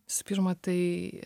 spirma tai